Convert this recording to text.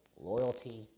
loyalty